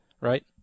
right